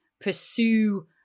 pursue